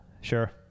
Sure